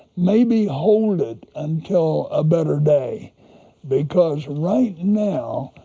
maybe hold it until a better day because right now,